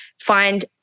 find